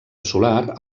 solar